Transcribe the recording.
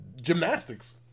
gymnastics